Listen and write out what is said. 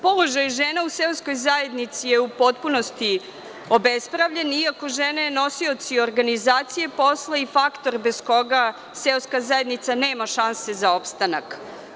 Položaj žena u seoskoj zajednici je u potpunosti obespravljen, iako su žene nosioci organizacije posla i faktor bez koga seoska zajednica nema šanse za opstanak.